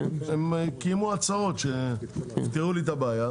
הם קיימו הצעות שיפתרו לי את הבעיה.